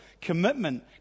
commitment